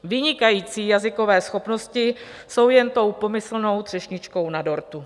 Vynikající jazykové schopnosti jsou jen tou pomyslnou třešničkou na dortu.